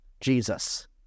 jesus